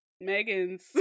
Megan's